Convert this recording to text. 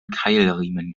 keilriemen